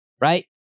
right